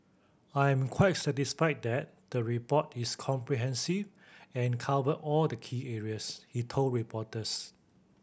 I am quite satisfied that the report is comprehensive and covered all the key areas he told reporters